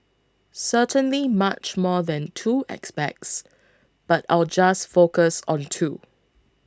certainly much more than two aspects but I'll just focus on two